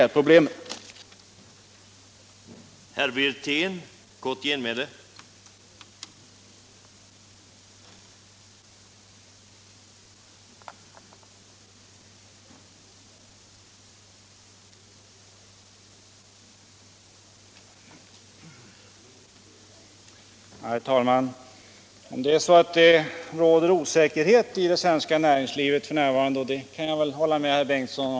Allmänpolitisk debatt Allmänpolitisk debatt